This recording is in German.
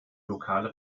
lokale